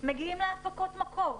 מגיעות להפקות מקור.